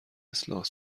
اصلاحات